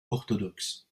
orthodoxe